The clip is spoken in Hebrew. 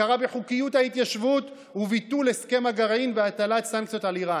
הכרה בחוקיות ההתיישבות וביטול הסכם הגרעין והטלת סנקציות על איראן.